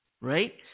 right